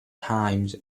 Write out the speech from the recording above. times